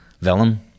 vellum